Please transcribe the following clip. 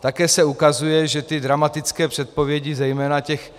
Také se ukazuje, že dramatické předpovědi zejména těch